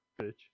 bitch